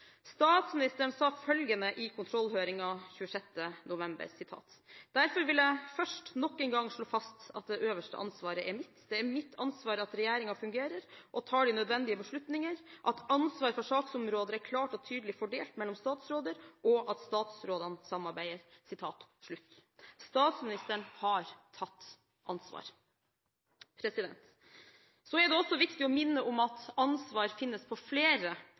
Statsministeren sa følgende i kontrollhøringen den 26. november 2012: «Derfor vil jeg først nok en gang slå fast at det øverste ansvaret er mitt.» Og: «Det er mitt ansvar at regjeringen fungerer og tar de nødvendige beslutninger, at ansvaret for saksområder er klart og tydelig fordelt mellom statsrådene, og at statsrådene samarbeider.» Statsministeren har tatt ansvar. Det er også viktig å minne om at ansvar finnes på flere